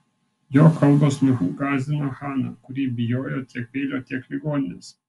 jo kalbos nugąsdino haną kuri bijojo tiek peilio tiek ligoninės